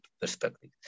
perspective